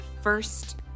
first